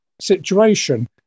situation